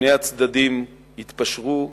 שני הצדדים התפשרו,